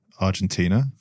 Argentina